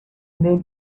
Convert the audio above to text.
name